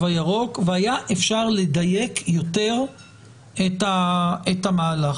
הירוק והיה אפשר לדייק יותר את המהלך.